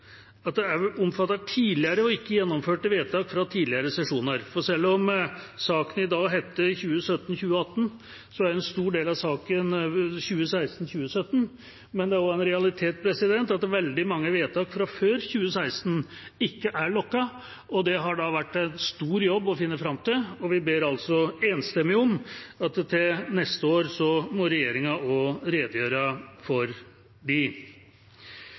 tidligere og ikke gjennomførte vedtak fra tidligere sesjoner. Selv om saken i dag handler om 2017–2018, er en stor del av sakene fra 2016–2017. Men det er en realitet at veldig mange vedtak fra før 2016 ikke er lukket, og det har det vært en stor jobb å finne fram til. Vi ber enstemmig om at til neste år må regjeringa redegjøre også for